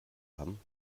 haben